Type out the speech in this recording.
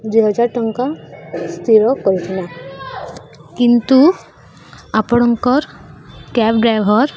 ଦୁଇ ହଜାର ଟଙ୍କା ସ୍ଥିର କରିଥିଲା କିନ୍ତୁ ଆପଣଙ୍କର କ୍ୟାବ୍ ଡ୍ରାଇଭର୍